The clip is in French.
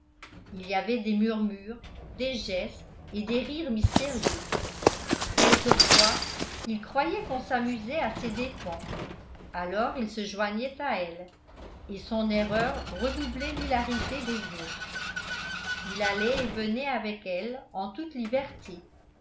il y avait des murmures des gestes et des rires mystérieux quelquefois il croyait qu'on s'amusait à ses dépens alors il se joignait à elles et son erreur redoublait l'hilarité des autres il allait et venait avec elles en toute liberté